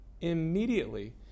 Immediately